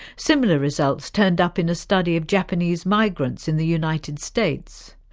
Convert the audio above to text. similar results turned up in a study of japanese migrants in the united states.